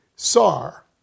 SAR